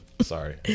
Sorry